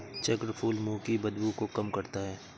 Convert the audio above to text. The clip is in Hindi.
चक्रफूल मुंह की बदबू को कम करता है